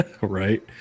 Right